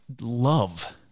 love